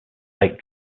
sake